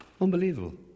Unbelievable